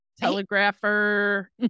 telegrapher